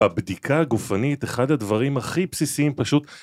בבדיקה הגופנית אחד הדברים הכי בסיסיים פשוט